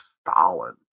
Stalin